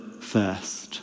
first